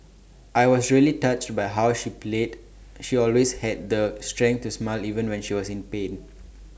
I was really touched by how she play she always had the strength to smile even when she was in pain